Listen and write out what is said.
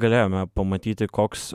galėjome pamatyti koks